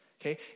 okay